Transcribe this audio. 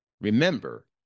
Remember